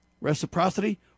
reciprocity